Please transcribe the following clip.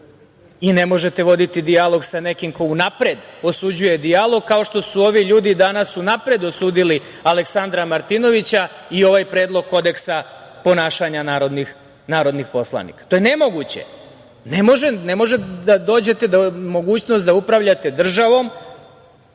I ne možete voditi dijalog sa nekim ko unapred osuđuje dijalog, kao što su ovi ljudi danas unapred osudili Aleksandra Martinovića i ovaj predlog kodeksa ponašanja narodnih poslanika. To je nemoguće. Ne možete da dođete u mogućnost da upravljate državom